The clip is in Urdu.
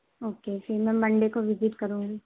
اوکے پھر میں منڈے کو وزٹ کروں گی